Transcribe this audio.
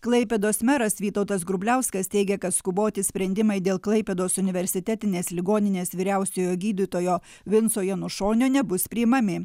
klaipėdos meras vytautas grubliauskas teigia kad skuboti sprendimai dėl klaipėdos universitetinės ligoninės vyriausiojo gydytojo vinco janušonio nebus priimami